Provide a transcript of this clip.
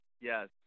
yes